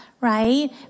right